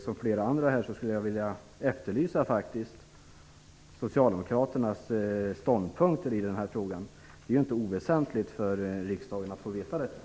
Som flera andra här efterlyser jag faktiskt socialdemokraternas ståndpunkter i den här frågan. Det är ju inte oväsentligt för riksdagen att få höra dem.